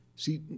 See